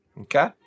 Okay